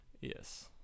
Yes